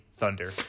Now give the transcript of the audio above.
Thunder